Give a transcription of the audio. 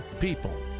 people